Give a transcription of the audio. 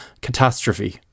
catastrophe